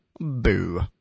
Boo